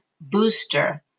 booster